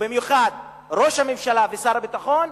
ובמיוחד ראש הממשלה ושר הביטחון,